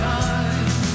time